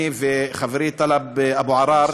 אני וחברי טלב אבו עראר,